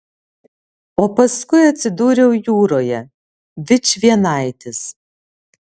o paskui atsidūriau jūroje vičvienaitis